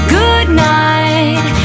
goodnight